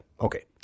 Okay